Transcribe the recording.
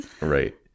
Right